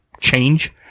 change